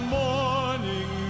morning